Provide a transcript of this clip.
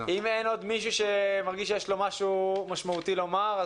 אם אין עוד מישהו שמרגיש שיש לו משהו משמעותי לומר,